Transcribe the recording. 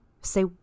say